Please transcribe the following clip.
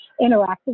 interactive